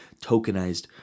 tokenized